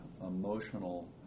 emotional